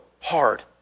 hard